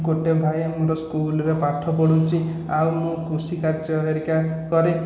ଗୋଟିଏ ଭାଇ ଆମର ସ୍କୁଲରେ ପାଠ ପଢ଼ଉଛି ଆଉ ମୁଁ କୃଷିକାର୍ଯ୍ୟ ହେରିକା କରେ